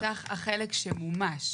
מסך החלק שמומש.